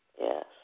Yes